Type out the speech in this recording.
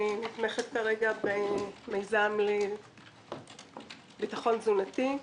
אני נתמכת כרגע במיזם לביטחון תזונתי.